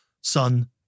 Son